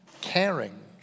caring